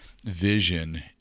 Vision